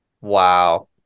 Wow